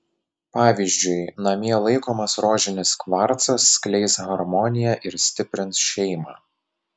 pavyzdžiui namie laikomas rožinis kvarcas skleis harmoniją ir stiprins šeimą